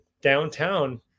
downtown